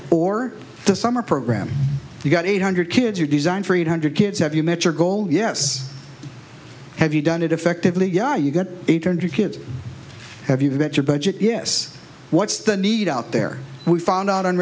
wheels or the summer program you've got eight hundred kids are designed for eight hundred kids have you met your goal yes have you done it effectively yeah you get eight hundred kids have you got your budget yes what's the need out there we found out on